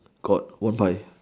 got one pies